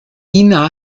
ina